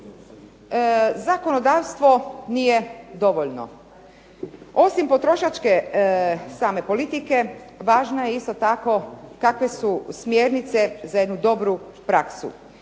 zakonodavstvo nije dovoljno. Osim potrošačke same politike važno je isto tako kakve su smjernice za jednu dobru praksu,